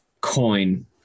coin